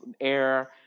air